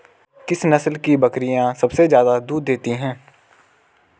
किस नस्ल की बकरीयां सबसे ज्यादा दूध देती हैं?